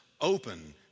open